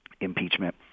impeachment